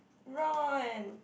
Ron